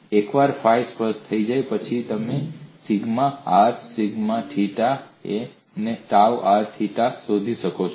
એકવાર ફાઇ સ્પષ્ટ થયા પછી તમે સિગ્મા r સિગ્મા થીટા અને ટાઉ r થેટા શોધી શકો છો